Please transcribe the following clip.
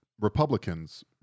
republicans